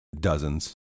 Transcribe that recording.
dozens